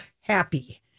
happy